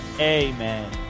amen